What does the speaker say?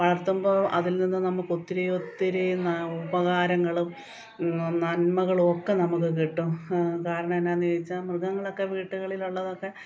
വളർത്തുമ്പോള് അതിൽ നിന്നും നമുക്ക് ഒത്തിരി ഒത്തിരി ന ഉപകാരങ്ങളും നന്മകളും ഒക്കെ നമുക്ക് കിട്ടും കാരണം എന്നാന്ന് ചോദിച്ചാല് മൃഗങ്ങളൊക്കെ വീട്ടുകളിൽ ഉള്ളതൊക്കെ